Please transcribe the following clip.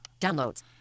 downloads